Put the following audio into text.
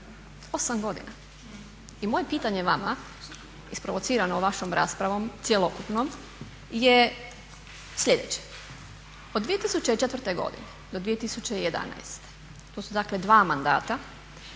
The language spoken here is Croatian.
8 godina i moje pitanje vama isprovocirano vašom raspravom cjelokupnom je sljedeće. Od 2004. godine do 2011. to su dakle dva mandata,